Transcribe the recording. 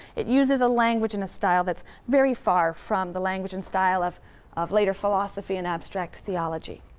it uses a language and a style that's very far from the language and style of of later philosophy and abstract theology.